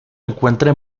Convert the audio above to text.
encuentra